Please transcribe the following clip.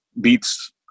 beats